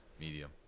Medium